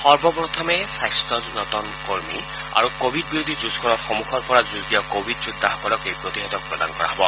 সৰ্বপ্ৰথমে স্বাস্থ্যযতন কৰ্মী আৰু কোৱিড বিৰোধী যুজখনত সন্মুখৰ পৰা যুজ দিয়া কোৱিড যোদ্ধাসকলক এই প্ৰতিষেধক প্ৰদান কৰা হ'ব